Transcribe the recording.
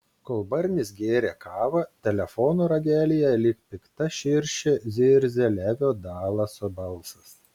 kol barnis gėrė kavą telefono ragelyje lyg pikta širšė zirzė levio dalaso balsas